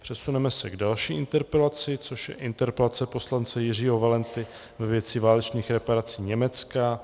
Přesuneme se k další interpelaci, což je interpelace poslance Jiřího Valenty ve věci válečných reparací Německa.